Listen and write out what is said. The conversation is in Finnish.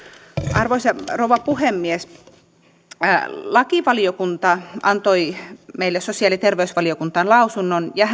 arvoisa rouva puhemies lakivaliokunta antoi meille sosiaali ja terveysvaliokuntaan lausunnon ja